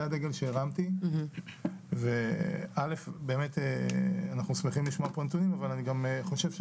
הדגל שהרמתי ואלף באמת אנחנו שמחים לשמוע פה נתונים אבל אני גם חושב,